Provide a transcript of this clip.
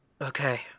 Okay